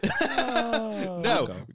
No